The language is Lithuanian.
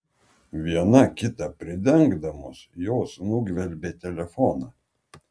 viena kitą pridengdamos jos nugvelbė telefoną